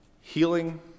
Healing